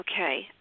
Okay